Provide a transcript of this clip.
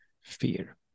fear